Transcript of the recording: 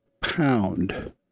Pound